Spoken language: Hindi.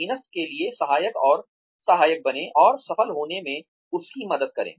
अधीनस्थ के लिए सहायक और सहायक बनें और सफल होने में उसकी मदद करें